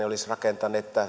olisivat rakentaneet